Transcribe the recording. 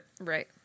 Right